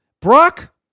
Brock